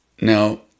now